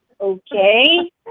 Okay